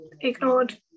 ignored